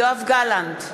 יואב גלנט,